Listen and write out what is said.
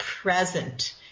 Present